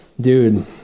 dude